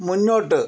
മുന്നോട്ട്